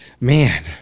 man